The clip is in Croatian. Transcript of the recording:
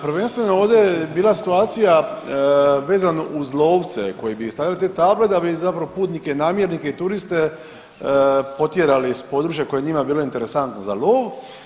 Prvenstveno ovdje je bila situacija vezano uz lovce koji bi ostavljali te table da bi zapravo putnike namjernike i turiste potjerali s područja koje je njima bilo interesantno za lov.